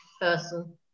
person